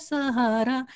Sahara